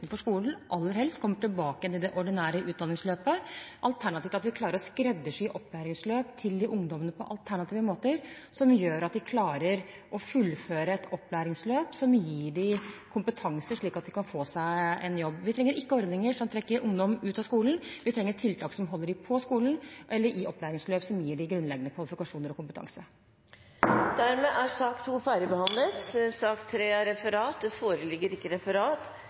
skolen, aller helst kommer tilbake igjen i det ordinære utdanningsløpet – alternativt at vi klarer å skreddersy opplæringsløp til de ungdommene på alternative måter som gjør at de klarer å fullføre et opplæringsløp, og som gir dem kompetanse, slik at de kan få seg en jobb. Vi trenger ikke ordninger som trekker ungdom ut av skolen, vi trenger tiltak som holder dem på skolen eller i opplæringsløp som gir dem grunnleggende kvalifikasjoner og kompetanse. Dermed er sak nr. 2 ferdigbehandlet. Det foreligger ikke noe referat.